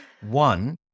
one